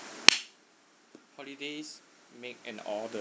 holidays make an order